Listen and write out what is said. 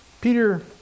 Peter